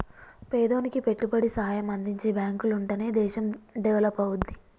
పేదోనికి పెట్టుబడి సాయం అందించే బాంకులుంటనే దేశం డెవలపవుద్ది